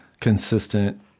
consistent